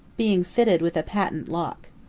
being fitted with a patent lock.